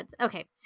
Okay